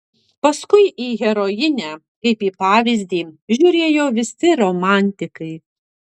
paskui į herojinę kaip į pavyzdį žiūrėjo visi romantikai